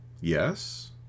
yes